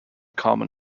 common